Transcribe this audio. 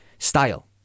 Style